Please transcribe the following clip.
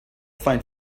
find